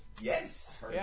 Yes